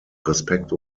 respekt